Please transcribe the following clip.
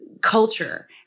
culture